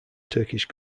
turkish